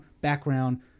background